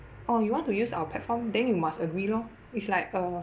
oh you want to use our platform then you must agree lor it's like a